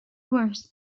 worse